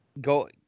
go